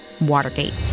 Watergate